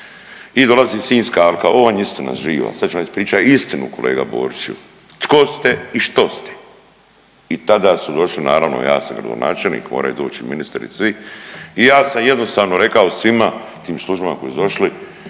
I dolazi Sinjska alka. Ovo vam je istina živa. Sad ću vam ispričati istinu kolega Boriću tko ste i što ste. I tada su došli, naravno ja sam gradonačelnik moraju doći ministri svi. I ja sam jednostavno rekao svima, tim službama koji su došli